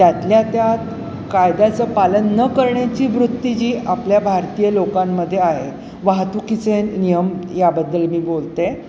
त्यातल्या त्यात कायद्याचं पालन न करण्याची वृत्ती जी आपल्या भारतीय लोकांमध्ये आहे वाहतुकीचे नियम याबद्दल मी बोलते आहे